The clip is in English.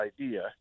idea